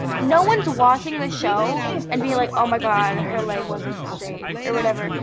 no one's watching the show and being like, oh, my god, her leg wasn't straight, or whatever.